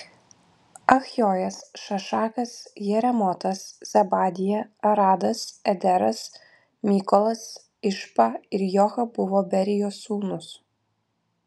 achjojas šašakas jeremotas zebadija aradas ederas mykolas išpa ir joha buvo berijos sūnūs